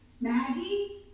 Maggie